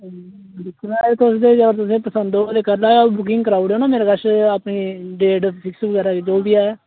दिक्खी लैओ तुस जां फ्ही तुसेंगी पसंद होग ते करी लैओ बुकिंग कराई ओड़ेओ ओ मेरे कश डेट फिक्स बगैरा जो बी ऐ